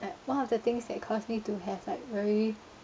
like one of the things that caused me to have like very